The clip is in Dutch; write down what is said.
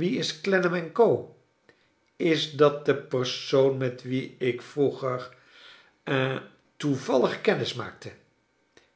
wie is clennani en co is dat de persoon met wien ik vroeger ha toevallig kennis maakte